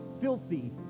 filthy